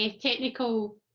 technical